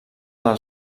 del